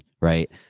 right